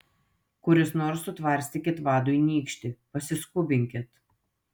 kuris nors sutvarstykit vadui nykštį pasiskubinkit